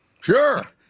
Sure